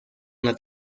una